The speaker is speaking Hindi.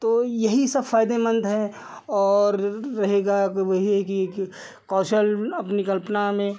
तो यही सब फायदेमन्द है और रहेगा क्योंकि वही है कि कौशल अपनी कल्पना में